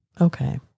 okay